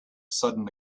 sudden